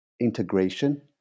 integration